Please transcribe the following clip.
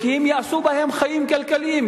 כי הם יעשו בהן חיים כלכליים,